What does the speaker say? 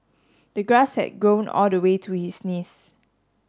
the grass had grown all the way to his knees